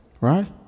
right